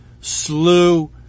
Slew